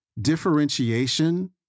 differentiation